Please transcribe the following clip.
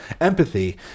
empathy